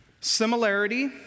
Similarity